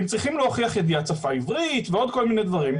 הם צריכים להוכיח ידיעת שפה עברית ועוד כל מיני דברים,